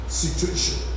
situation